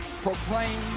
Proclaim